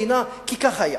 כי כך היה.